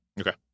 okay